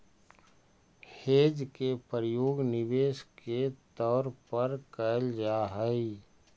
hedge के प्रयोग निवेश के तौर पर कैल जा हई